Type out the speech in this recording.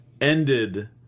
ended